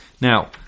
Now